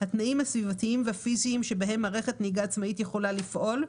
התנאים הסביבתיים והפיזיים שבהם מערכת נהיגה עצמאית יכולה לפעול,